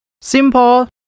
Simple